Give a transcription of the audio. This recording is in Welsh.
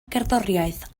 gerddoriaeth